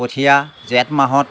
কঠীয়া জেঠ মাহত